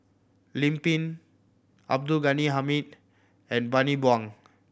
Lim Pin Abdul Ghani Hamid and Bani Buang